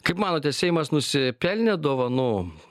kaip manote seimas nusipelnė dovanų